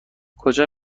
کجا